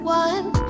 one